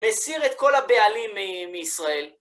מסיר את כל הבעלים מישראל.